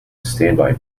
standby